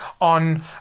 on